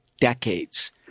decades